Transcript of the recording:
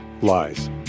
lies